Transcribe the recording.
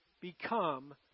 become